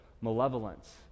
malevolence